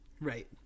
Right